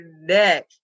neck